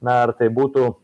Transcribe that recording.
na ar tai būtų